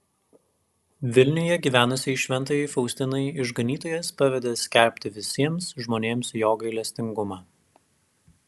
vilniuje gyvenusiai šventajai faustinai išganytojas pavedė skelbti visiems žmonėms jo gailestingumą